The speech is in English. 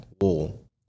wall